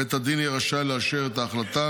בית הדין יהיה רשאי לאשר את ההחלטה,